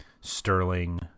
Sterling